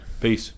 Peace